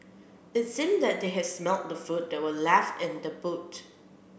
it seemed that they had smelt the food that were left in the boot